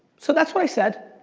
so that's what i said,